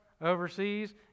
overseas